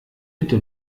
bitte